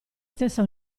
stessa